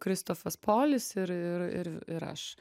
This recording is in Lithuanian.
kristofas polis ir ir ir v ir aš